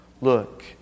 look